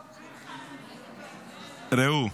ראו,